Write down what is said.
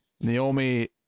naomi